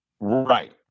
Right